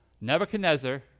Nebuchadnezzar